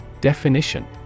Definition